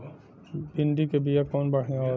भिंडी के बिया कवन बढ़ियां होला?